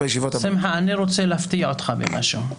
שמחה, אני רוצה להפתיע אותך במשהו.